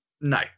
No